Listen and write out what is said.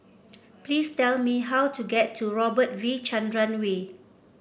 please tell me how to get to Robert V Chandran Way